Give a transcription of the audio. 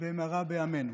במהרה בימינו.